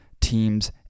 teams